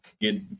get